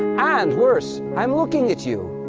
and worse, i'm looking at you.